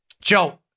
Joe